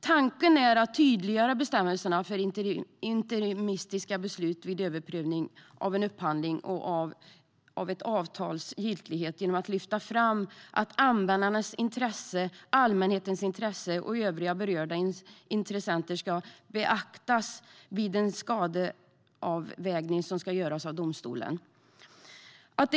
Tanken är att tydliggöra bestämmelserna om interimistiska beslut vid överprövning av en upphandling och av ett avtals giltighet genom att lyfta fram att användarnas intresse, allmänintresset och övriga berörda intressen ska beaktas vid den skadeavvägning som ska göras av domstolen."